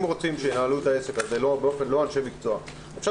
אם רוצים שינהלו את העסק הזה לא אנשי מקצוע אפשר